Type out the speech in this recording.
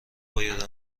باید